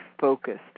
focused